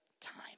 time